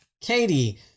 Katie